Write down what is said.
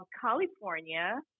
california